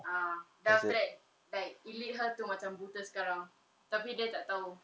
ah then after that like it lead her to macam buta sekarang tapi dia tak tahu